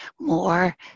more